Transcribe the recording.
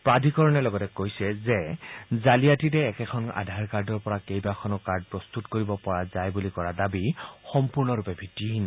প্ৰাধিকৰণে লগতে কৈছে যে জালিয়াতিৰে একেখন আধাৰ কাৰ্ডৰ পৰা কেইবাখনো কাৰ্ড প্ৰস্তত কৰিব পৰা যায় বুলি কৰা দাবী সম্পূৰ্ণৰূপে ভিত্তিহীন